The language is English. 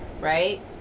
right